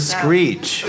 Screech